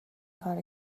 کارو